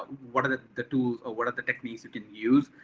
what are the the tools or what are the techniques you can use.